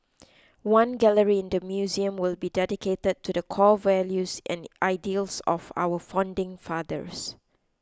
one gallery in the museum will be dedicated to the core values and ideals of our founding fathers